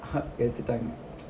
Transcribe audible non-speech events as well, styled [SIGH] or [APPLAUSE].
எடுத்துட்டாங்க:adudhutdangda [NOISE]